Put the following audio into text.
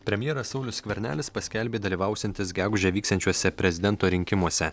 premjeras saulius skvernelis paskelbė dalyvausiantis gegužę vyksiančiuose prezidento rinkimuose